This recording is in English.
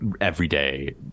everyday